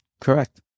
Correct